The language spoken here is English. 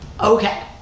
Okay